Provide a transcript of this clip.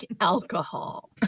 alcohol